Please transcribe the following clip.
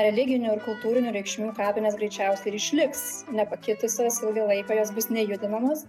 religinių ir kultūrinių reikšmių kapinės greičiausiai ir išliks nepakitusios ilgą laiką jos bus nejudinamos